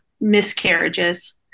miscarriages